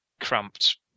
cramped